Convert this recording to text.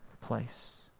place